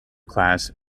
class